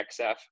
XF